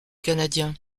canadien